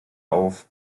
auf